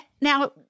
Now